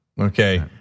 okay